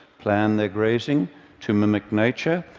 plan their grazing to mimic nature,